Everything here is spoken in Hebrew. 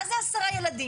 מה זה 10 ילדים?